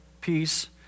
peace